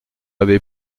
avait